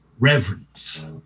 reverence